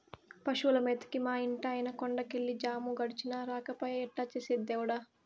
పశువుల మేతకి మా ఇంటాయన కొండ కెళ్ళి జాము గడిచినా రాకపాయె ఎట్టా చేసేది దేవుడా